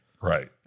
Right